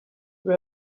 you